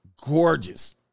gorgeous